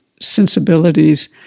sensibilities